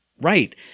right